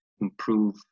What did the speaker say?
improve